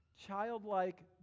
childlike